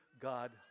God